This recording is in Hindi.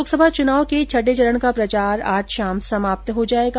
लोकसभा चुनाव के छठे चरण का प्रचार आज शाम समाप्त हो जाएगा